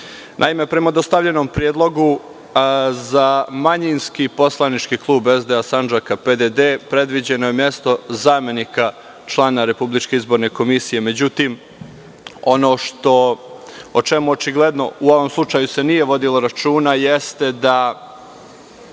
prema dostavljenom predlogu za manjinski poslanički klub SDA Sandžak PDD predviđeno je mesto zamenika člana Republičke izborne komisije. Međutim, ono o čemu se u ovom slučaju nije vodilo računa jeste da